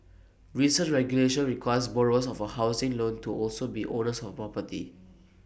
recent regulation requires borrowers of A housing loan to also be owners of A property